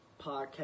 Podcast